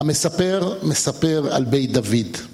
המספר מספר על בית דוד